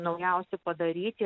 naujausi padaryti